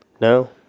No